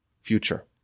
future